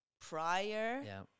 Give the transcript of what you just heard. prior